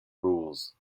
rules